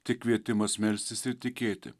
tik kvietimas melstis ir tikėti